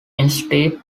instead